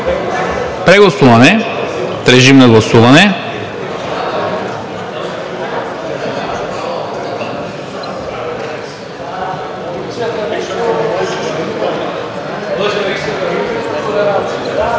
Прегласуване? Режим на гласуване.